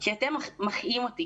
כי אתם מחיים אותי